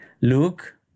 Luke